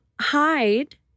hide